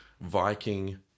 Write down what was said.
Viking